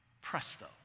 presto